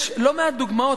יש לא מעט דוגמאות,